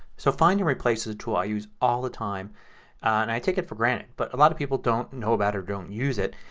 so find and replace is a tool i use all the time and i take it for granted. but a lot of people don't know about it or don't use it.